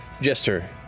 Jester